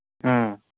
ꯎꯝ